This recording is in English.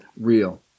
real